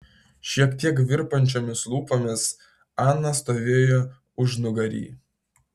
šiek tiek virpančiomis lūpomis ana stovėjo užnugary